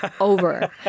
over